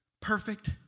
perfect